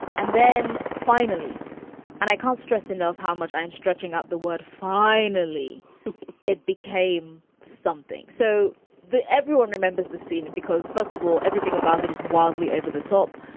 and then finally and i can't stress enough how much i am stretching out the word finally it became something so that everyone remembers the scene. and because, first of all, everything about it is wildly over the top.